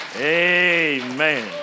Amen